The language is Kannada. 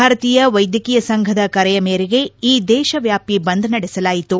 ಭಾರತೀಯ ವೈದ್ಯಕೀಯ ಸಂಘದ ಕರೆಯ ಮೇರೆಗೆ ಈ ದೇಶವ್ಯಾಪಿ ಬಂದ್ ನಡೆಸಲಾಯಿತು